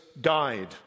died